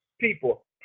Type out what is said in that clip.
people